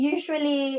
Usually